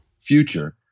future